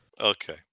Okay